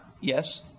yes